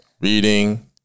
reading